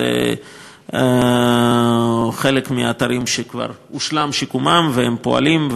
אלה חלק מהאתרים שכבר הושלם שיקומם והם פועלים,